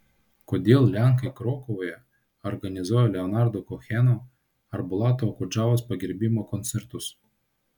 kodėl lenkai krokuvoje organizuoja leonardo koheno ar bulato okudžavos pagerbimo koncertus